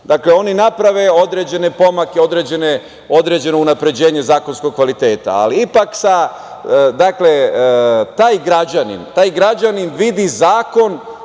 Dakle, oni naprave određene pomake, određeno unapređenje zakonskog kvaliteta, ali ipak, taj građanin, taj građanin vidi zakon